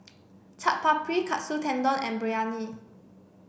Chaat Papri Katsu Tendon and Biryani